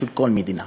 של כל מדינה,